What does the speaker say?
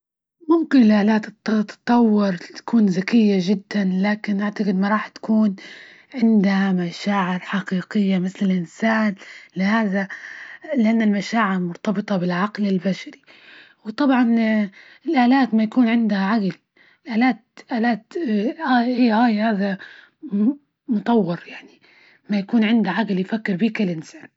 ممكن الآلات تتطور تكون زكية جدا، لكن أعتجد ما راح تكون عندها مشاعر حقيقية مثل الإنسان، لهذا، لأن المشاعر مرتبطة بالعقل البشري، وطبعا الآلات ما يكون عندها عقل، الآلات، آلات هي آي هذا متطور يعنى، ما يكون عندها عجل يفكر بيه كل إنسان.